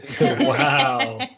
Wow